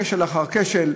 כשל אחר כשל,